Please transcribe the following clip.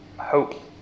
Hope